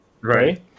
right